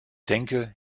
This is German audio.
denke